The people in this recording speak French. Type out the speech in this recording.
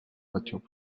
voitures